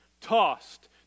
tossed